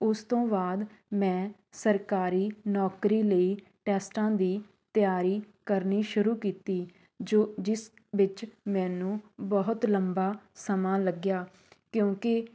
ਉਸ ਤੋਂ ਬਾਅਦ ਮੈਂ ਸਰਕਾਰੀ ਨੌਕਰੀ ਲਈ ਟੈਸਟਾਂ ਦੀ ਤਿਆਰੀ ਕਰਨੀ ਸ਼ੁਰੂ ਕੀਤੀ ਜੋ ਜਿਸ ਵਿੱਚ ਮੈਨੂੰ ਬਹੁਤ ਲੰਬਾ ਸਮਾਂ ਲੱਗਿਆ ਕਿਉਂਕਿ